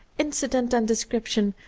incident and description,